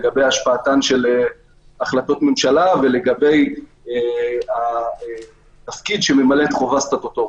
לגבי השפעתן החלטות ממשלה ולגבי התפקיד שממלאת חובה סטטוטורית.